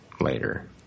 later